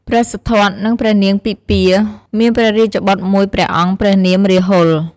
ព្រះសិទ្ធត្ថ និងព្រះនាងពិម្ពា មានព្រះរាជបុត្រមួយព្រះអង្គព្រះនាម រាហុល។